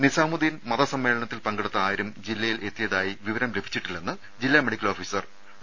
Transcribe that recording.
നിസാമുദ്ധീൻ മത സമ്മേളനത്തിൽ പങ്കെടുത്ത ആരു ജില്ലയിലെത്തിയതായി വിവരം ലഭിച്ചിട്ടില്ലെന്ന് ജില്ലാ മെഡിക്കൽ ഓഫീസർ ഡോ